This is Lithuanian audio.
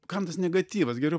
kam tas negatyvas geriau